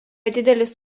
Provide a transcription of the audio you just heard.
didelis